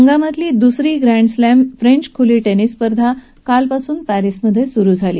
हंगामातली दुसरी grand slam French खुली टेनिस स्पर्धा कालपासून पॅरिसमधे सुरु झाली